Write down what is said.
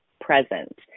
present